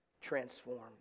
transformed